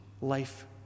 life